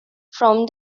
from